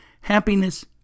happiness